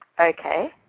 Okay